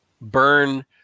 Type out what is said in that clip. burn